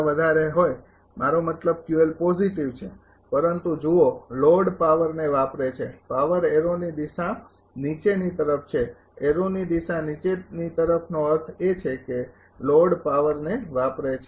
જ્યારે મારો મતલબ પોજિટિવ છે પરંતુ જુઓ લોડ પાવરને વાપરે છે પાવર એરોની દિશા નીચેની તરફ છે એરોની દિશા નીચે તરફનો અર્થ એ છે કે લોડ પાવર ને વાપરે છે